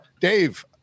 Dave